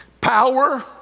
power